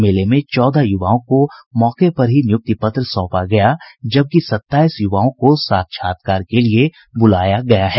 मेले में चौदह युवाओं को मौके पर ही नियुक्ति पत्र सौंपा गया जबकि सताईस युवाओं को साक्षात्कार के लिये बुलाया गया है